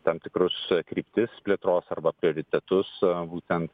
tam tikrus kryptis plėtros arba prioritetus būtent